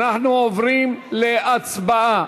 אנחנו עוברים להצבעה.